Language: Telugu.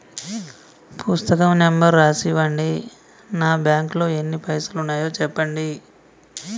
పుస్తకం నెంబరు రాసి ఇవ్వండి? నా బ్యాంకు లో ఎన్ని పైసలు ఉన్నాయో చెప్పండి?